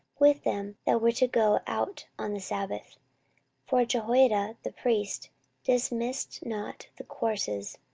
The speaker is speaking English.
with them that were to go out on the sabbath for jehoiada the priest dismissed not the courses.